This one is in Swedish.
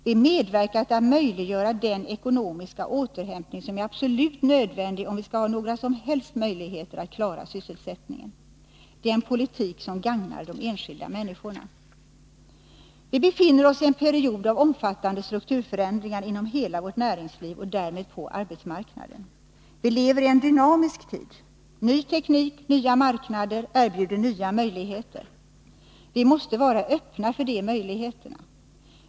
Vi medverkar till att möjliggöra den ekonomiska återhämtning som är absolut nödvändig om vi skall ha några som helst möjligheter att klara sysselsättningen. Det är en politik som gagnar de enskilda människorna. Vi befinner oss i en period av omfattande strukturförändringar inom hela vårt näringsliv och därmed på arbetsmarknaden. Vi lever i en dynamisk tid. Ny teknik och nya marknader erbjuder nya möjligheter. Vi måste vara öppna för de möjligheterna.